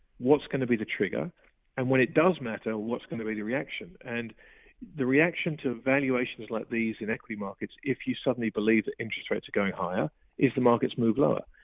what's going to be the trigger and when it does matter, what's going to be the reaction? and the reaction to evaluations like these in equity markets, if you suddenly believe that interest rates are going higher is the markets move lower.